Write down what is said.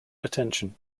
attention